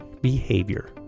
behavior